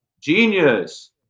Genius